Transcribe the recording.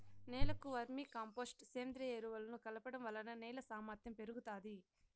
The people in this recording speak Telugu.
నేలకు వర్మీ కంపోస్టు, సేంద్రీయ ఎరువులను కలపడం వలన నేల సామర్ధ్యం పెరుగుతాది